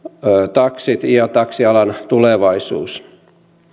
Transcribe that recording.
taksit ja taksialan tulevaisuus